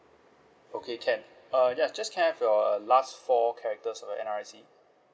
okay can uh ya just can I have your uh last four characters of your N_R_I_C